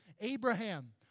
Abraham